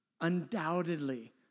Undoubtedly